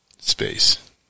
Space